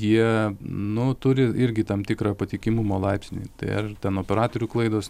jie nu turi irgi tam tikrą patikimumo laipsnį tai ar ten operatorių klaidos